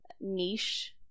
niche